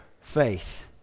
faith